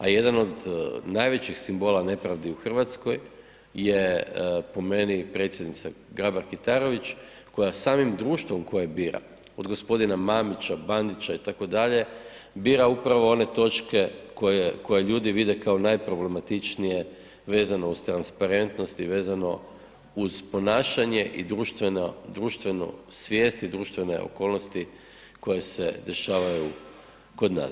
A jedan od najvećih simbola nepravdi u Hrvatskoj je po meni predsjednica Grabar-Kitarović koja samim društvom koje bira od g. Mamića, Bandića itd., bira upravo one točke koje ljudi vide kao najproblematičnije vezano uz transparentnost i vezano uz ponašanje i društvenu svijest i društvene okolnosti koje se dešavaju kod nas.